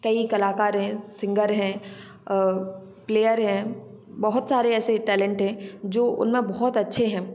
कई कलाकार हैं सिंगर हैं प्लेयर हैं बहुत सारे ऐसे टैलेंट हैं जो उनमें बहुत अच्छे हैं